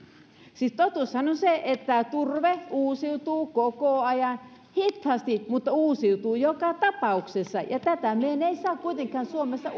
siis totuushan on se että turve uusiutuu koko ajan hitaasti mutta uusiutuu joka tapauksessa ja tätä me emme saa kuitenkaan suomessa